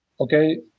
Okay